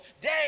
day